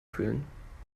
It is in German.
fühlen